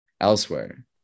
elsewhere